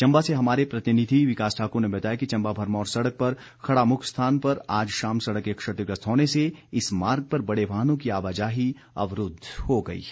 चंबा से हमारे प्रतिनिधि विकास ठाकुर ने बताया कि चंबा भरमौर सड़क पर खड़ामुख स्थान पर आज शाम सड़क के क्षतिग्रस्त होने से इस मार्ग पर बड़े वाहनों की आवाजाही अवरूद्व हो गई है